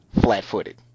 flat-footed